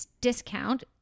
discount